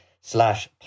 slash